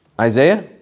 Isaiah